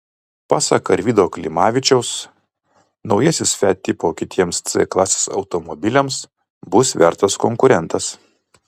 pasak arvydo klimavičiaus naujasis fiat tipo kitiems c klasės automobiliams bus vertas konkurentas